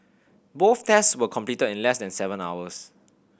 both tests were completed in less than seven hours